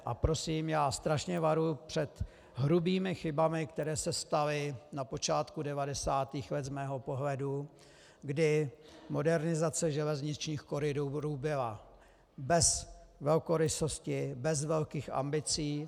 A prosím, strašně varuji před hrubými chybami, které se staly na počátku 90. let z mého pohledu, kdy modernizace železničních koridorů byla bez velkorysosti, bez velkých ambicí.